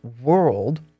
world